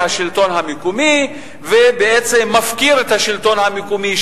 השלטון המקומי ובעצם מפקיר את השלטון המקומי.